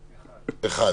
1 אושר.